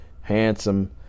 handsome